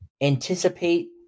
anticipate